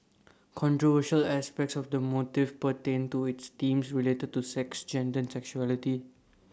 controversial aspects of the motive pertained to its themes related to sex gender sexuality